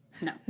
No